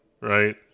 right